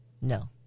No